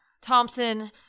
Thompson